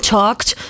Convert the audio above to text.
talked